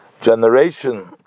generation